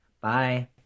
Bye